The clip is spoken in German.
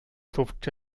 zupft